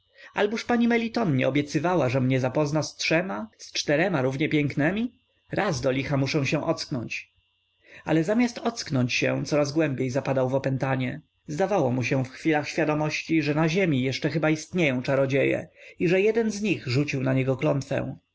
innych alboż pani meliton nie obiecywała że mnie zapozna z trzema z czterma równie pięknemi raz dolicha muszę się ocknąć ale zamiast ocknąć się coraz głębiej zapadał w opętanie zdawało mu się w chwilach świadomości że na ziemi jeszcze chyba istnieją czarodzieje i że jeden z nich rzucił na niego